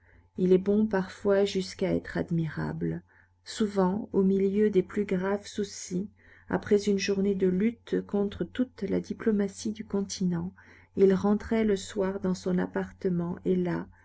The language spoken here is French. il est bon parfois jusqu'à être admirable souvent au milieu des plus graves soucis après une journée de lutte contre toute la diplomatie du continent il rentrait le soir dans son appartement et là